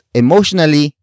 emotionally